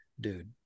Dude